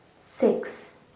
six